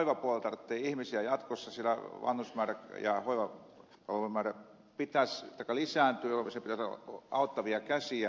hoivapuolella tarvitaan ihmisiä jatkossa sillä vanhusmäärä ja hoivapalvelujen määrä lisääntyy jolloinka siellä pitäisi olla auttavia käsiä